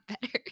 Better